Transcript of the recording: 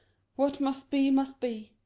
what must be, must be.